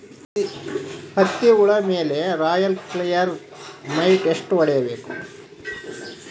ಹತ್ತಿ ಹುಳ ಮೇಲೆ ರಾಯಲ್ ಕ್ಲಿಯರ್ ಮೈಟ್ ಎಷ್ಟ ಹೊಡಿಬೇಕು?